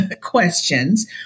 questions